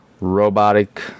robotic